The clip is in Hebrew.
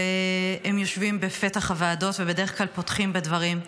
והם יושבים בפתח הוועדות ובדרך כלל פותחים בדברים.